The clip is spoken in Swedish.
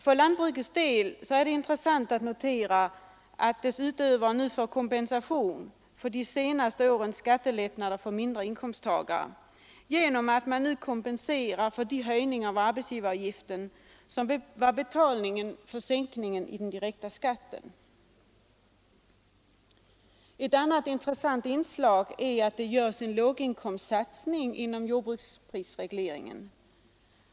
För lantbrukets del är det intressant att notera att dess utövare nu får kompensation för de senaste årens skattelättnader för mindre inkomsttagare genom att de nu kompenseras för de höjningar av arbetsgivaravgiften som var betalningen för sänkningen av den direkta skatten. Ett annat intressant inslag är att det för första gången görs en låginkomstsatsning inom jordbruksprisregleringen.